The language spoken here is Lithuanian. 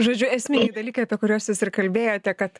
žodžiu esminiai dalykai apie kuriuos jūs ir kalbėjote kad